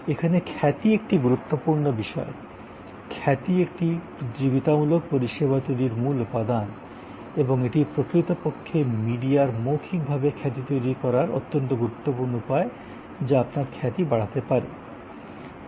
এখানে খ্যাতি একটি গুরুত্বপূর্ণ বিষয় খ্যাতি একটি প্রতিযোগিতামূলক পরিষেবা তৈরির মূল উপাদান এবং এটি প্রকৃতপক্ষে মিডিয়ায় মৌখিক ভাবে খ্যাতি তৈরি করার অত্যন্ত গুরুত্বপূর্ণ উপায় যা আপনার খ্যাতি বাড়াতে পারে